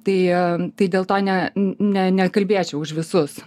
tai tai dėl to ne ne nekalbėsiu už visus